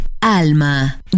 Alma